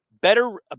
better